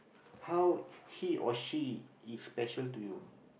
how he or she is special to you